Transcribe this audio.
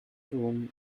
room